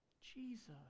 Jesus